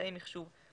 אמצעי מחשוב,